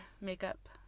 makeup